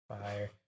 Fire